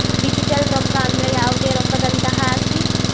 digital ರೊಕ್ಕ ಅಂದ್ರ ಯಾವ್ದೇ ರೊಕ್ಕದಂತಹ ಆಸ್ತಿ